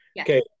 Okay